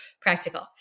practical